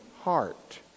heart